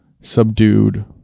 subdued